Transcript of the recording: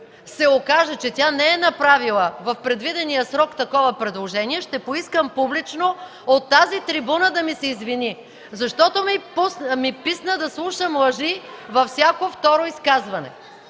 се окаже, че тя не е направила в предвидения срок такова предложение, ще поискам публично от тази трибуна да ми се извини. Защото ми писна да слушам лъжи във всяко второ изказване.